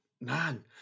Man